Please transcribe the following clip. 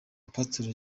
pastor